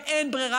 ואין ברירה,